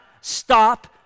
stop